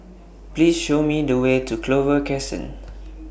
Please Show Me The Way to Clover Crescent